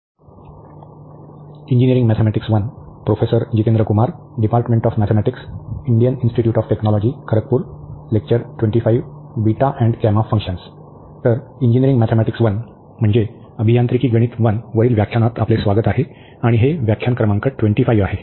तर engineering mathematics I म्हणजे अभियांत्रिकी गणित 1 वरील व्याख्यानात आपले स्वागत आहे आणि हे व्याख्यान क्रमांक 25 आहे